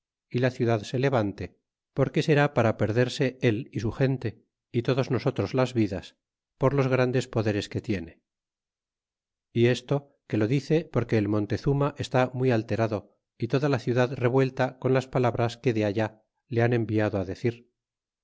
y la ciudad se levante porque será para perderse él y su gente y todos nosotros las vidas por los grandes poderes que tiene y esto que lo dice porque el montezuma está muy alterado y toda la ciudad revuelta con las palabras que de allá le han enviado á decir